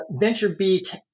VentureBeat